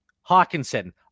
Hawkinson